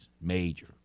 Major